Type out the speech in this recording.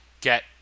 get